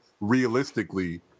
realistically